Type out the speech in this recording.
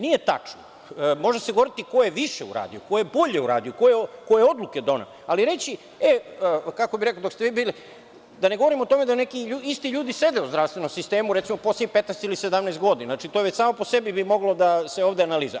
Nije tačno, može se govoriti ko je više uradio, ko je bolje uradio, ko je odluke doneo ali reći, kako bi rekli dok ste vi bili, a da ne govorim o tome da neki ljudi, isti ljudi sede u zdravstvenom sistemu, recimo posle 15 ili 17 godina, znači to je već samo po sebi bi moglo da se ovde analizira.